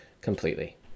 completely